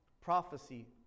Prophecy